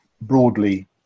broadly